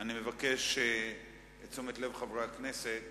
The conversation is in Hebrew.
אני מבקש את תשומת לב חברי הכנסת